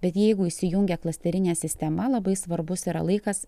bet jeigu įsijungia klasterinė sistema labai svarbus yra laikas